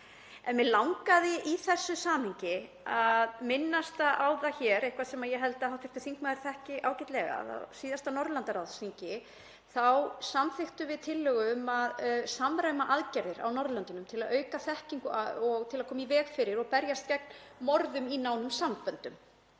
En mig langaði í þessu samhengi að minnast hér á nokkuð sem ég held að hv. þingmaður þekki ágætlega. Á síðasta Norðurlandaráðsþingi samþykktum við tillögu um að samræma aðgerðir á Norðurlöndunum til að auka þekkingu og til að koma í veg fyrir og berjast gegn morðum í nánum samböndum.